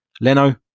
Leno